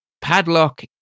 padlock